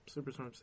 Superstorm